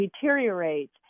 deteriorate